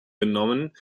genommen